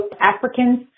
Africans